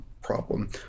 problem